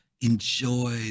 enjoy